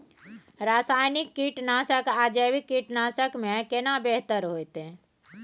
रसायनिक कीटनासक आ जैविक कीटनासक में केना बेहतर होतै?